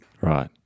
Right